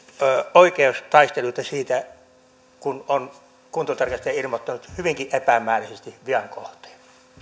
oikeustaisteluita siitä kun kuntotarkastaja on ilmoittanut hyvinkin epämääräisesti vian kohteen